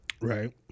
Right